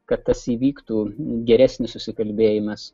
kad tas įvyktų geresnis susikalbėjimas